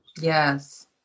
Yes